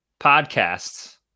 podcasts